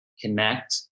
connect